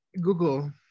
Google